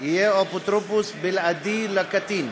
יהיה אפוטרופוס בלעדי לקטין.